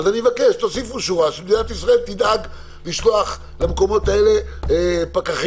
אני מבקש שתוסיפו שורה שמדינת ישראל תדאג לשלוח למקומות האלה פקחים.